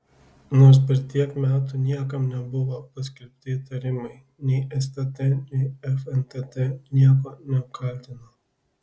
nors per tiek metų niekam nebuvo paskelbti įtarimai nei stt nei fntt nieko neapkaltino